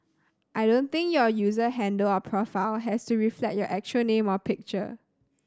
I don't think your user handle or profile has to reflect your actual name or picture